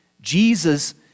Jesus